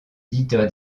dieter